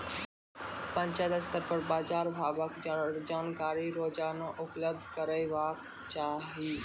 पंचायत स्तर पर बाजार भावक जानकारी रोजाना उपलब्ध करैवाक चाही?